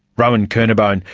rowan kernebone,